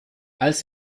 als